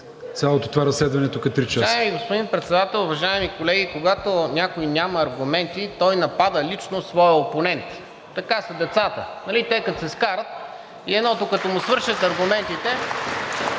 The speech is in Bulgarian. цялото това разследване тук три часа?